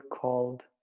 called